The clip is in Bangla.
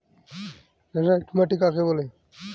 লেটেরাইট মাটি কাকে বলে?